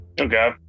Okay